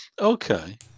okay